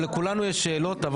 לכולנו יש שאלות,